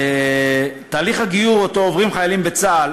1 3. תהליך הגיור שעוברים חיילים בצה"ל